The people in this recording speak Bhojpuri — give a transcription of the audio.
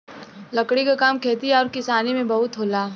लकड़ी क काम खेती आउर किसानी में बहुत होला